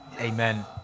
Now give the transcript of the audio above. Amen